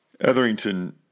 Etherington